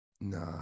Nah